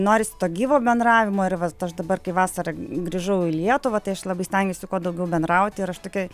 norisi to gyvo bendravimo ir vis aš dabar kai vasarą grįžau į lietuvą tai aš labai stengiausi kuo daugiau bendrauti ir aš tokia